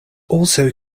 also